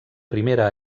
primera